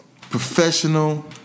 professional